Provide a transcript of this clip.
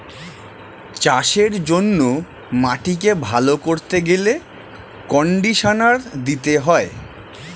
চাষের জন্য মাটিকে ভালো করতে গেলে কন্ডিশনার দিতে হয়